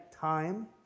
time